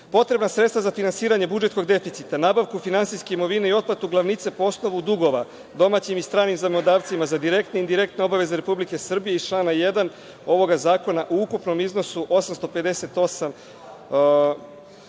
Potrebna sredstva za finansiranje budžetskog deficita, nabavku finansijske imovine i otplatu glavnica po osnovu dugova domaćim i stranim zajmodavcima za direktne i indirektne obaveze Republike Srbije, iz člana 1. ovoga zakona, u ukupnom iznosu